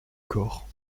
corps